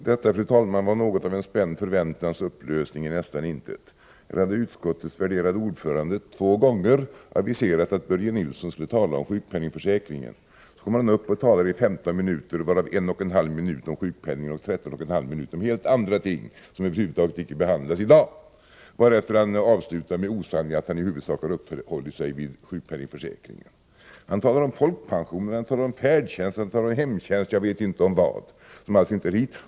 Fru talman! Detta var något av en spänd förväntans upplösning i nästan intet. Här har utskottets värderade ordförande två gånger aviserat att Börje Nilsson skulle tala om sjukpenningförsäkringen. Så kommer han upp och talar i 15 minuter, varav en och en halv minut om sjukpenningförsäkringen och 13 och en halv minut om helt andra ting, som över huvud taget icke behandlas i dag, varefter han avslutar med osanningen att han i huvudsak har uppehållit sig vid sjukpenningförsäkringen. Han talar om folkpensioner, han talar om färdtjänst, han talar om hemtjänst och jag vet inte om vad som alls inte hör hit.